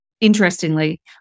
Interestingly